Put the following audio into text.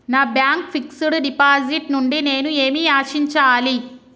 నా bank fixed deposit నుండి నేను ఏమి ఆశించాలి?